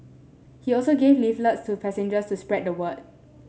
he also gave leaflets to passengers to spread the word